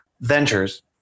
ventures